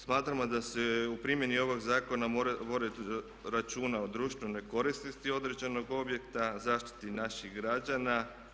Smatramo se da se u primjeni ovog zakona mora vodit računa o društvenoj korisnosti određenog objekta, zaštiti naših građana.